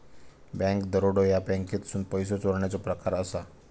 bank दरोडा ह्या बँकेतसून पैसो चोरण्याचो प्रकार असा